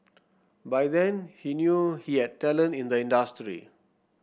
by then he knew he had talent in the industry